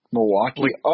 Milwaukee